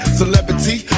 celebrity